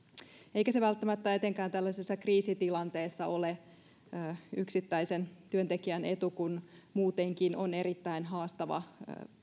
eikä se välttämättä etenkään tällaisessa kriisitilanteessa ole yksittäisen työntekijän etu kun muutenkin on erittäin haastava